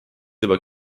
juba